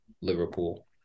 Liverpool